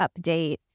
update